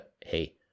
Hey